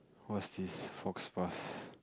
what's this faux pas